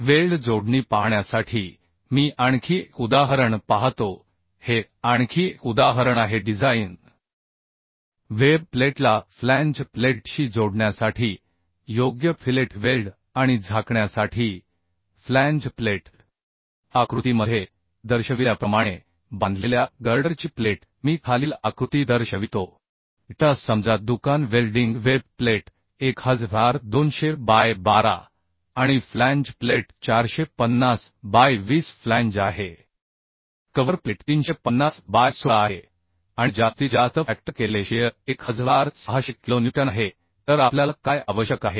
weld जोडणी पाहण्यासाठी मी आणखी एक उदाहरण पाहतो हे आणखी एक उदाहरण आहे डिझाइन वेब प्लेटला फ्लॅंज प्लेटशी जोडण्यासाठी योग्य फिलेट वेल्ड आणि झाकण्यासाठी फ्लॅंज प्लेट आकृतीमध्ये दर्शविल्याप्रमाणे बांधलेल्या गर्डरची प्लेट मी खालील आकृती दर्शवितो डेटा समजा दुकान वेल्डिंग वेब प्लेट 1200 बाय 12 आणि फ्लॅंज प्लेट 450 बाय 20 फ्लॅंज आहे कव्हर प्लेट 350 बाय 16 आहे आणि जास्तीत जास्त फॅक्टर केलेले शिअर 1600 किलोन्यूटन आहे तर आपल्याला काय आवश्यक आहे